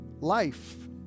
life